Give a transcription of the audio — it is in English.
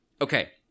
Okay